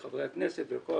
לחברי הכנסת ולכל